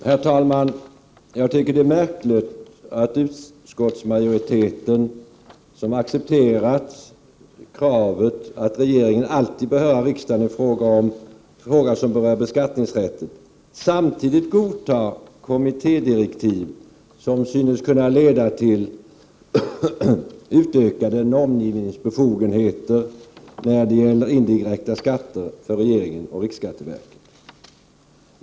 Herr talman! Det är märkligt att utskottsmajoriteten, som har accepterat kravet att regeringen alltid bör höra riksdagen i frågor som rör beskattningsrätten, samtidigt godtar kommittédirektiv som synes kunna leda till utökade normgivningsbefogenheter när det gäller indirekta skatter för regeringen och riksskatteverket.